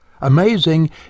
Amazing